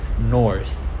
north